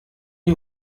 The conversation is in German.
die